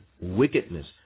wickedness